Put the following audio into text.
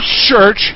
church